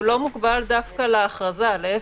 מוגבל דווקא להכרזה, להפך,